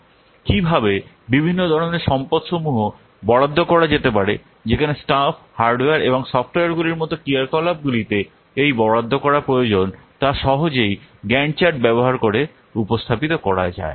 কীভাবে বিভিন্ন ধরণের সম্পদসমূহ বরাদ্দ করা যেতে পারে যেখানে স্টাফ হার্ডওয়্যার এবং সফটওয়্যারগুলির মতো ক্রিয়াকলাপগুলিতে এই বরাদ্দ করা প্রয়োজন তা সহজেই গ্যান্ট চার্ট ব্যবহার করে উপস্থাপিত করা যায়